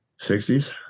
60s